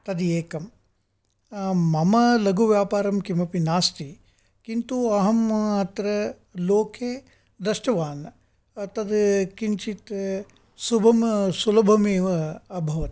तद् एकं मम लघुव्यापरं किमपि नास्ति किन्तु अहम् अत्र लोके दृष्टवान् तत् किञ्चित् शुभं सुलभमेव अभवत्